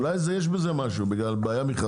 אולי יש בזה משהו בגלל בעיה.